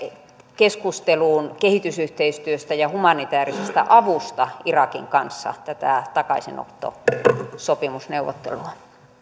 keskusteluun kehitysyhteistyöstä ja humanitäärisestä avusta irakin kanssa tätä takaisinottosopimusneuvottelua